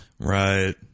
Right